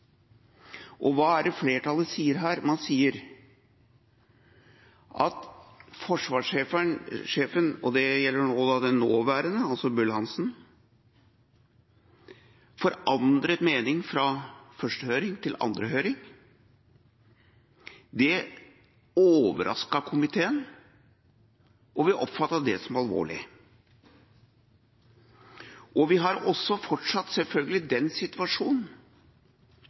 Hva sier flertallet her? Man sier at forsvarssjefen – den nåværende, Bruun-Hanssen – forandret mening fra første høring til andre høring. Det overrasket komiteen, og vi oppfattet det som alvorlig. Vi har også fortsatt selvfølgelig den